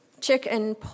chicken